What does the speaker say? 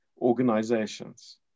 organizations